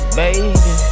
baby